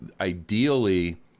ideally